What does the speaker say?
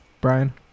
Brian